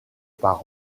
par